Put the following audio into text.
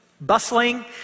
bustling